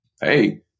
hey